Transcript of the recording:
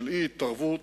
של אי-התערבות,